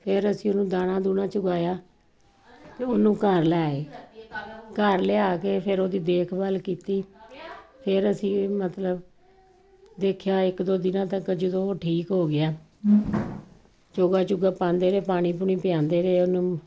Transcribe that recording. ਫਿਰ ਅਸੀਂ ਉਹਨੂੰ ਦਾਣਾ ਦੂਣਾ ਚੁਗਾਇਆ ਅਤੇ ਉਹਨੂੰ ਘਰ ਲੈ ਆਏ ਘਰ ਲਿਆ ਕੇ ਫਿਰ ਉਹਦੀ ਦੇਖਭਾਲ ਕੀਤੀ ਫਿਰ ਅਸੀਂ ਮਤਲਬ ਦੇਖਿਆ ਇੱਕ ਦੋ ਦਿਨਾਂ ਤੱਕ ਜਦੋਂ ਉਹ ਠੀਕ ਹੋ ਗਿਆ ਚੋਗਾ ਚੁਗਾ ਪਾਉਂਦੇ ਰਹੇ ਪਾਣੀ ਪੂਣੀ ਪਿਆਉਂਦੇ ਰਹੇ ਉਹਨੂੰ